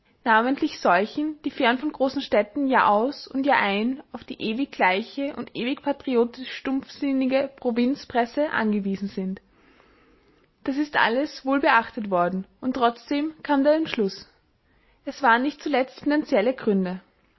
namentlich solchen die fern von großen städten jahraus und jahrein auf die ewig gleiche und ewig patriotisch-stumpfsinnige provinzpresse angewiesen sind das ist alles wohl beachtet worden und trotzdem kam der entschluß es waren nicht zuletzt finanzielle gründe